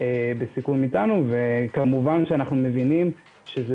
בסיכום אתנו וכמובן שאנחנו מבינים שזה